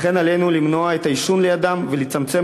לכן עלינו למנוע את העישון לידם ולצמצם